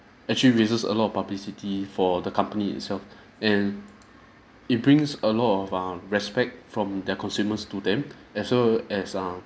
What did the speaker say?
actually raises a lot of publicity for the company itself and it brings a lot of err respect from their consumers to them as well as err